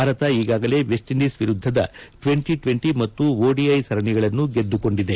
ಭಾರತ ಈಗಾಗಲೇ ವೆಸ್ಇಂಡೀಸ್ ವಿರುದ್ದದ twenty twenty ಮತ್ತು ಒಡಿಐ ಸರಣಿಗಳನ್ನು ಗೆದ್ದುಕೊಂಡಿದೆ